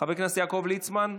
חבר הכנסת יעקב ליצמן,